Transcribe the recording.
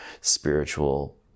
spiritual